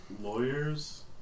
lawyers